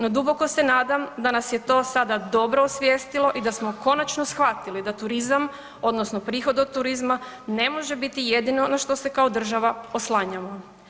No duboko se nadam da nas je to sada dobro osvijestilo i da smo konačno shvatili da turizam odnosno prihod od turizma ne može biti jedino na što se kao država oslanjamo.